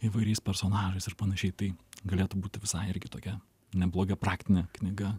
įvairiais personažais ir panašiai tai galėtų būti visai irgi tokia ne bloga praktinė knyga